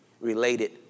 related